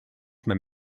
may